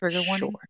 sure